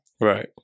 Right